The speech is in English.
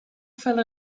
fell